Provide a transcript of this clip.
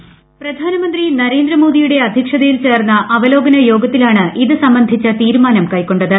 voice പ്രധാനമന്തി നരേന്ദ്രമോദിയുടെ അധ്യക്ഷതയിൽ ചേർന്ന അവലോകന യോഗത്തിലാണ് ഇത് സംബന്ധിച്ച തീരുമാനം കൈക്കൊണ്ടത്